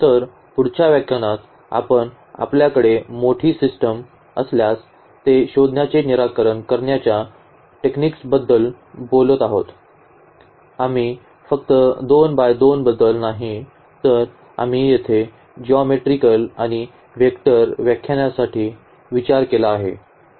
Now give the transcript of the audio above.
तर पुढच्या व्याख्यानात आपण आपल्याकडे मोठी सिस्टिम असल्यास ते शोधण्याचे निराकरण करण्याच्या टेक्निक्सबद्दल बोलत आहोत आम्ही फक्त 2 बाय 2 बद्दल नाही तर आम्ही येथे जिओमेट्रीकल आणि वेक्टर व्याख्यांसाठी विचार केला आहे